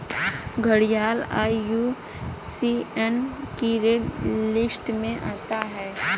घड़ियाल आई.यू.सी.एन की red list में आता है